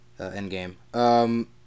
Endgame